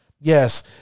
Yes